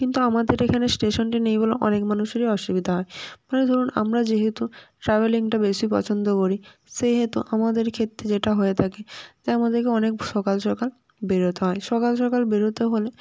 কিন্তু আমাদের এখানে স্টেশনটি নেই বলে অনেক মানুষেরই অসুবিধা হয় মানে ধরুন আমরা যেহেতু ট্রাভেলিংটা বেশি পছন্দ করি সেহেতু আমাদের ক্ষেত্রে যেটা হয়ে থাকে তাই আমাদেরকে অনেক সকাল সকাল বেরোতে হয় সকাল সকাল বেরোতে হলে